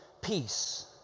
peace